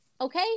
Okay